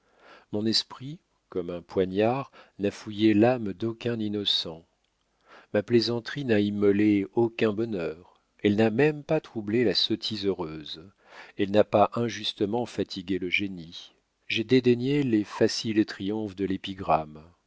mon esprit comme un poignard n'a fouillé l'âme d'aucun innocent ma plaisanterie n'a immolé aucun bonheur elle n'a même pas troublé la sottise heureuse elle n'a pas injustement fatigué le génie j'ai dédaigné les faciles triomphes de